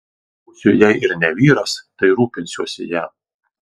būsiu jei ir ne vyras tai rūpinsiuosi ja